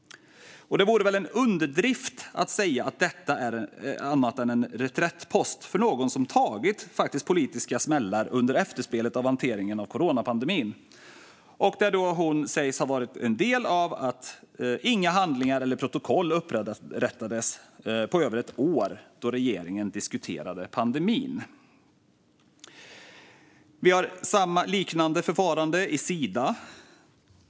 Det vore väl en underdrift att säga att detta inte är något annat än en reträttpost för någon som har tagit politiska smällar under efterspelet av hanteringen av coronapandemin. Elisabeth Backteman sägs ha varit en del av att inga handlingar eller protokoll upprättades på över ett år då regeringen diskuterade pandemin. Vi har ett liknande förfarande i Sida.